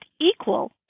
equal